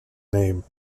name